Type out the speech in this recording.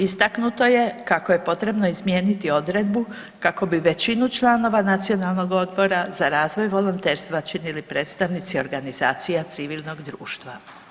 Istaknuto je kako je potrebno izmijeniti odredbu kako bi većinu članova Nacionalnog odbora za razvoj volonterstva činili predstavnici organizacija civilnog društva.